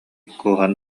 кууһан